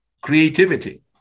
creativity